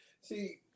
See